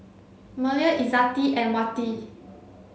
Melur Izzati and Wati